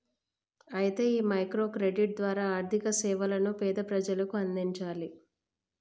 అయితే ఈ micro credit ద్వారా ఆర్థిక సేవలను పేద ప్రజలకు అందించాలి